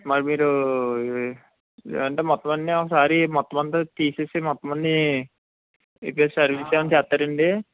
మరి మీరు అంటే మొత్తం అన్నీ ఒకసారి మొత్తం అంత తీసి మొత్తం అన్నీ రిపేర్ సర్వీస్ ఏమన్న చేస్తారండి